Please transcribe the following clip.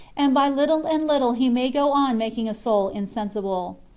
and by little and little he may go on making a soul insensible.